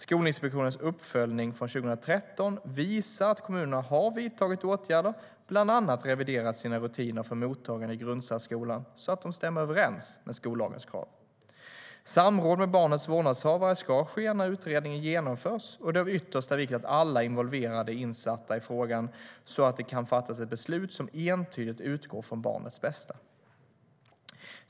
Skolinspektionens uppföljning från 2013 visar att kommunerna har vidtagit åtgärder, bland annat reviderat sina rutiner för mottagande i grundsärskolan så att de stämmer överens med skollagens krav. Samråd med barnets vårdnadshavare ska ske när utredningen genomförs, och det är av yttersta vikt att alla involverade är insatta i frågan, så att det kan fattas ett beslut som entydigt utgår från barnets bästa.